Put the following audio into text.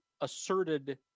asserted